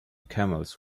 camels